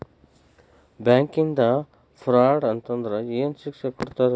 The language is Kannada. ಬ್ಯಾಂಕಿಂದಾ ಫ್ರಾಡ್ ಅತಂದ್ರ ಏನ್ ಶಿಕ್ಷೆ ಕೊಡ್ತಾರ್?